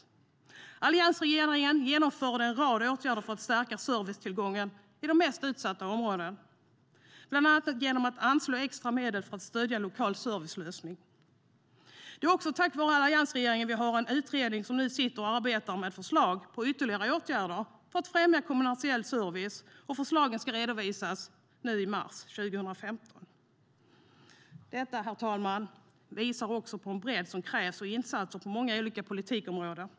Den tidigare alliansregeringen genomförde en rad åtgärder för att stärka servicetillgången i de mest utsatta områdena, bland annat genom att anslå extra medel för att stödja lokala servicelösningar. Det är också tack vare den tidigare alliansregeringen vi nu har en utredning som sitter och arbetar med förslag på ytterligare åtgärder för att främja kommersiell service. Förslagen ska redovisas nu i mars 2015. Detta, herr talman, visar på den bredd som krävs när det gäller insatser på många olika politikområden.